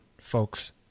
folks